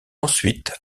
ensuite